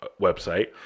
website